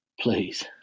please